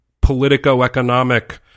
politico-economic